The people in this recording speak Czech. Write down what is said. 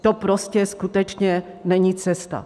To prostě skutečně není cesta.